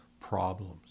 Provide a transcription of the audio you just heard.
problems